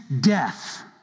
death